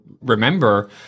remember